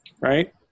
right